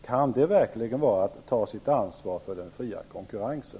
Kan det verkligen vara att ta sitt ansvar för den fria konkurrensen?